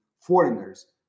foreigners